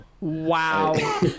Wow